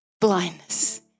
blindness